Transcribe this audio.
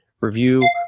review